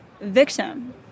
victim